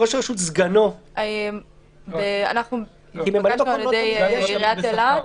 האם רוצים עכשיו לדעת מדוע עיר מסוימת